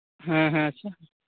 ᱦᱮᱸ ᱦᱮᱸ ᱟᱪᱪᱷᱟ